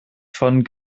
von